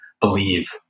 believe